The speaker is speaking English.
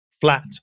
flat